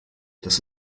das